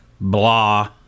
blah